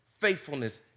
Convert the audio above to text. faithfulness